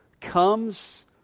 comes